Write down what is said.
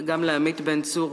וגם לעמית בן-צור,